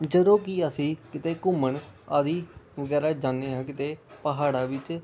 ਜਦੋਂ ਕਿ ਅਸੀਂ ਕਿਤੇ ਘੁੰਮਣ ਆਦਿ ਵਗੈਰਾ ਜਾਂਦੇ ਹਾਂ ਕਿਤੇ ਪਹਾੜਾਂ ਵਿੱਚ